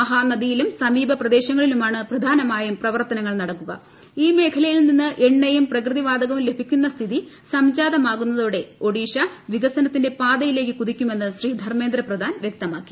മഹാനദിയിലും സമീപ പ്രദേശങ്ങളിലുമാണ് പ്രധാനമായും പ്രവർത്തനങ്ങൾ നടക്കുക ഈ മേഖലയിൽ നിന്ന് എണ്ണയും പ്രകൃതി വാതകവും ലഭിക്കുന്ന സ്ഥിതി സംജാതമാകുന്നതോടെ ഒഡീഷ വികസനത്തിന്റെ പാതയിലേക്ക് കുതിക്കുമെന്ന് ശ്രീ ധർമ്മേന്ദ്ര പ്രധാൻ വ്യക്തമാക്കി